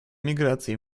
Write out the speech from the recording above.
миграции